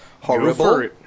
horrible